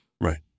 Right